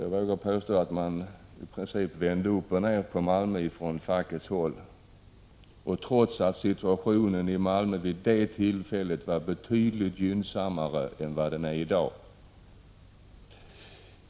Jag vågar påstå att facket i princip vände upp och ned på Malmö, trots att situationen i Malmö vid det tillfället var betydligt gynnsammare än vad den är i dag.